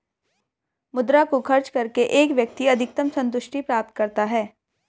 मुद्रा को खर्च करके एक व्यक्ति अधिकतम सन्तुष्टि प्राप्त करता है